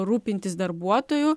rūpintis darbuotoju